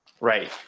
Right